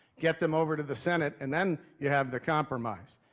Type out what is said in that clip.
get them over to the senate, and then you have the compromise.